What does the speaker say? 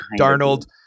Darnold